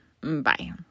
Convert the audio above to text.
Bye